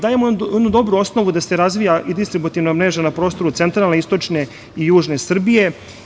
Dajemo i dobru osnovu da se razvija i distributivna mreža na prostoru centralne i istočne i južne Srbije.